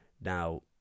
Now